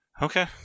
Okay